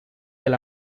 del